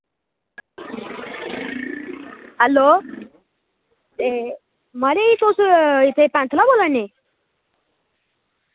hello मड़ी तुस इत्थां पैंथल दा बो्ल्ला नै